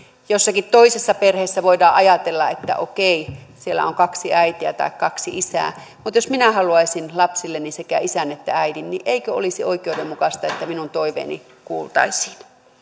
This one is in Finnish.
jossakin toisessa perheessä voidaan ajatella että okei siellä on kaksi äitiä tai kaksi isää mutta jos minä haluaisin lapsilleni sekä isän että äidin niin eikö olisi oikeudenmukaista että minun toiveeni kuultaisiin